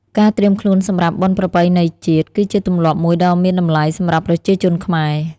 ការត្រៀមខ្លួនសម្រាប់បុណ្យប្រពៃណីជាតិ គឺជាទម្លាប់មួយដ៏មានតម្លៃសម្រាប់ប្រជាជនខ្មែរ។